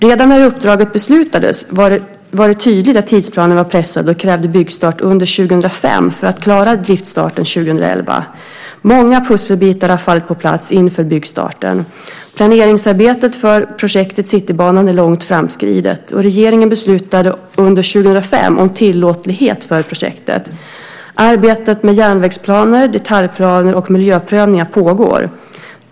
Redan när uppdraget beslutades var det tydligt att tidsplanen var pressad och krävde byggstart under 2005 för att klara driftstart 2011. Många pusselbitar har fallit på plats inför byggstarten. Planeringsarbetet för projektet Citybanan är långt framskridet. Regeringen beslutade under 2005 om tillåtlighet för projektet. Arbete med järnvägsplaner, detaljplaner och miljöprövningar pågår.